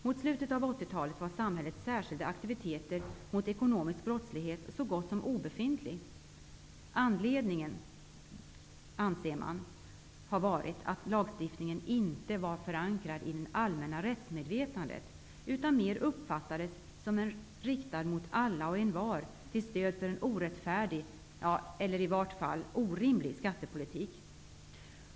Mot slutet av 80-talet var samhällets särskilda aktiviteter mot ekonomisk brottslighet så gott som obefintliga. Anledningen härtill torde ha varit att lagstiftningen inte var förankrad i det allmänna rättsmedvetandet, utan mer uppfattades som riktad mot alla och envar, till stöd för en orättfärdig, eller i varje fall orimlig, skattepolitik.